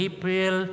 April